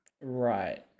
Right